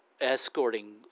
escorting